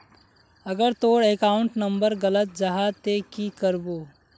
अगर तोर account number गलत जाहा ते की करबो?